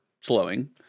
slowing